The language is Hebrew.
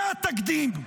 זה התקדים,